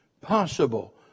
possible